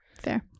Fair